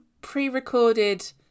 pre-recorded